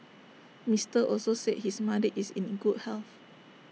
Mister Also said his mother is in good health